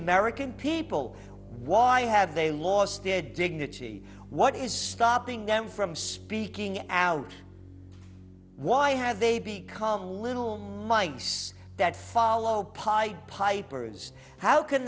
american people why have they lost their dignity what is stopping them from speaking out why have they being called a little mice that follow pied pipers how can